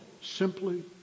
simply